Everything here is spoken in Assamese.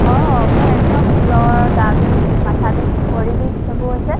অঁ মোৰ একদম জ্বৰ গাৰ বিষ মাথা বিষ ভৰি বিষ সেইবোৰ হৈছে